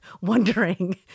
wondering